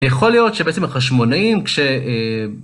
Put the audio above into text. יכול להיות שבעצם החשמונאים, כש...